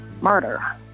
murder